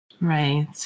Right